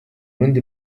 rundi